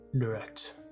Direct